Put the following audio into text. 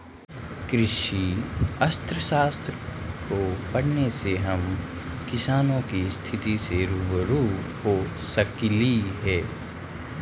कृषि अर्थशास्त्र को पढ़ने से हम किसानों की स्थिति से रूबरू हो सकली हे